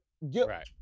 Right